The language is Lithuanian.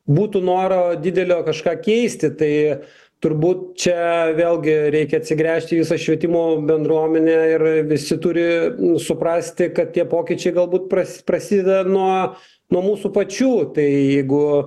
būtų noro didelio kažką keisti tai turbūt čia vėlgi reikia atsigręžti į visą švietimo bendruomenę ir visi turi suprasti kad tie pokyčiai galbūt pras prasideda nuo nuo mūsų pačių tai jeigu